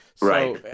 Right